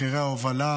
את מחירי ההובלה,